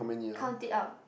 count it out